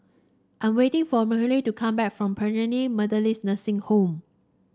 I'm waiting for to come back from Bethany Methodist Nursing Home